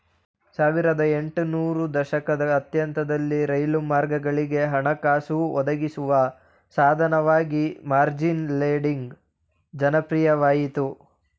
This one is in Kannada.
ಸಾವಿರದ ಎಂಟು ನೂರು ದಶಕದ ಅಂತ್ಯದಲ್ಲಿ ರೈಲು ಮಾರ್ಗಗಳಿಗೆ ಹಣಕಾಸು ಒದಗಿಸುವ ಸಾಧನವಾಗಿ ಮಾರ್ಜಿನ್ ಲೆಂಡಿಂಗ್ ಜನಪ್ರಿಯವಾಯಿತು